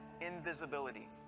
invisibility